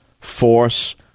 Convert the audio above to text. force